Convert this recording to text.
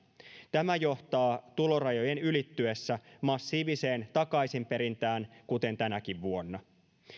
tämä johtaa tulorajojen ylittyessä massiiviseen takaisinperintään kuten tänäkin vuonna